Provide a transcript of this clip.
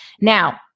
Now